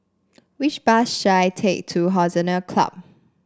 which bus should I take to Hollandse Club